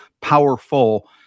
powerful